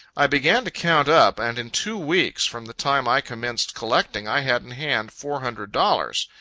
i began to count up, and in two weeks from the time i commenced collecting, i had in hand four hundred dollars.